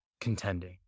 contending